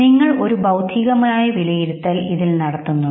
നിങ്ങളിൽ ഒരു ബൌദ്ധികമായ വിലയിരുത്തൽ പ്രക്രിയ നടക്കുന്നുണ്ട്